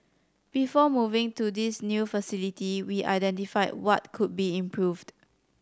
before moving to this new facility we identified what could be improved